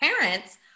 parents